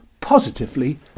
positively